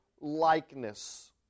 likeness